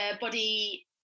body